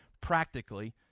practically